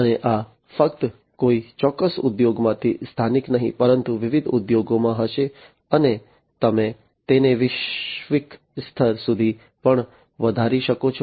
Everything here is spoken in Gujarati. અને આ ફક્ત કોઈ ચોક્કસ ઉદ્યોગમાં સ્થાનિક નહીં પરંતુ વિવિધ ઉદ્યોગોમાં હશે અને તમે તેને વૈશ્વિક સ્તર સુધી પણ વધારી શકો છો